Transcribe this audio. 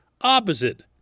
opposite